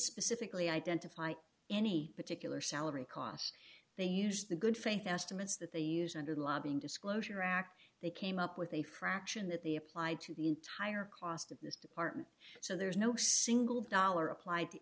specifically identify any particular salary cost they used the good faith estimates that they used under lobbying disclosure act they came up with a fraction that they applied to the entire cost of this department so there's no single dollar applied to